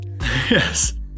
Yes